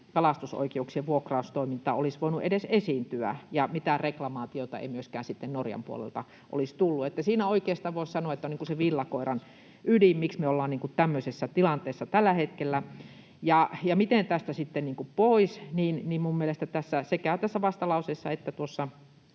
kalastusoikeuksien vuokraustoimintaa olisi voinut edes esiintyä ja mitään reklamaatiota ei myöskään sitten Norjan puolelta olisi tullut. Siinä oikeastaan, voisi sanoa, on se villakoiran ydin, miksi me ollaan tämmöisessä tilanteessa tällä hetkellä. Ja miten tästä sitten päästään pois? Minun mielestäni sekä tässä vastalauseessa että tuossa